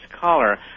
caller